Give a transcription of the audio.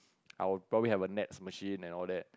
I would probably have nets machine and all that